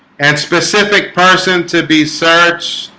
and specific person to be searched